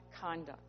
conduct